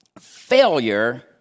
Failure